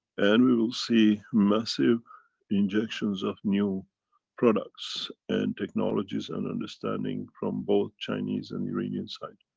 and we will see massive injections of new products and technologies and understanding from both chinese and iranian side.